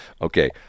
Okay